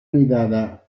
nidada